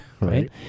Right